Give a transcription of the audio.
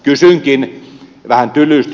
kysynkin vähän tylysti